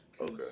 Okay